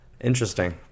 Interesting